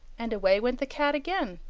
and away went the cat again,